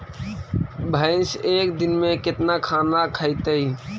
भैंस एक दिन में केतना खाना खैतई?